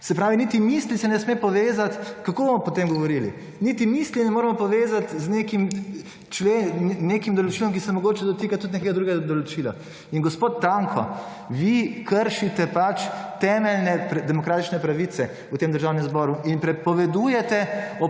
Se pravi niti misli se ne sme povezati. Kako bomo potem govorili? Niti misli ne moremo povezati z nekim določilom, ki se mogoče dotika tudi nekega drugega določila. In gospod Tanko, vi kršite temeljne demokratične pravice v Državnem zboru in prepovedujete